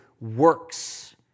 works